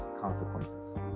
consequences